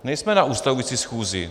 Nejsme na ustavující schůzi.